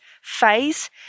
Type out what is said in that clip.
phase